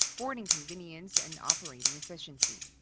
boarding convenience, and operating efficiency.